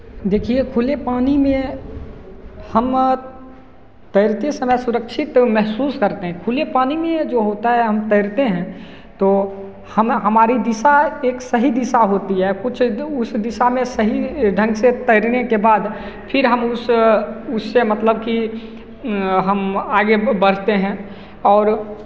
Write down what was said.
देखिए खुले पानी में हम तैरते समय सुरक्षित महसूस करते हैं खुले पानी में ये जो होता है हम तैरते हैं तो हम हमारी दिशा एक सही दिशा होती है कुछ उस दिशा में सही ढंग से तैरने के बाद फिर हम उस उससे मतलब कि हम आगे बढ़ते हैं और